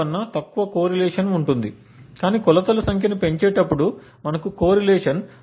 05 కన్నా తక్కువ కోరిలేషన్ ఉంటుంది కాని కొలతల సంఖ్యను పెంచేటప్పుడు మనకు కోరిలేషన్ 0